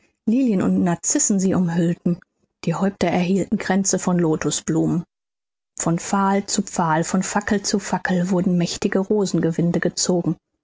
und narcissen sie umhüllten die häupter erhielten kränze von lotosblumen von pfahl zu pfahl von fackel zu fackel wurden mächtige rosengewinde gezogen